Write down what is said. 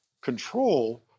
control